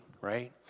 right